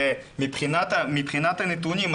ומבחינת הנתונים,